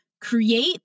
create